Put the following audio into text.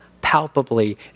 palpably